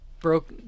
broke